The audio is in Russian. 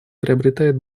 приобретает